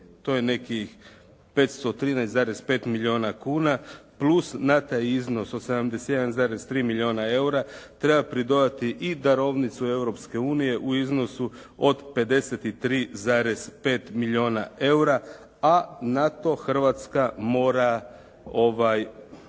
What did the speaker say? to je nekih 513,5 milijuna kuna plus na taj iznos od 71,3 milijuna EUR-a treba pridodati i darovnicu Europske unije u iznosu od 53,5 milijuna EUR-a a na to Hrvatska mora